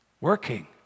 working